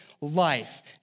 life